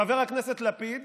חבר הכנסת לפיד,